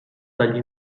dagli